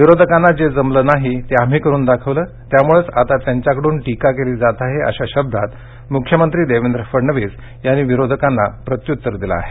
विरोधकांना जे जमलं नाही ते आम्ही करून दाखवलं त्यामुळच आता त्यांच्याकडून टीका केली जात आहे अशा शब्दांत मुख्यमंत्री देवेंद्र फडणवीस यांनी विरोधकांना प्रत्युत्तर दिलं आहे